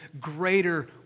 greater